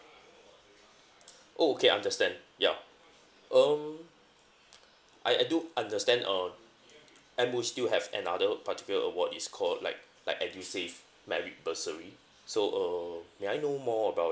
oh okay understand yeah um I I do understand uh M_O_U still have another particular award is called like like edusave merit bursary so uh may I know more about it